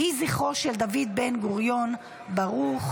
יהי זכרו של דוד בן-גוריון ברוך,